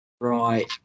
Right